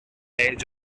age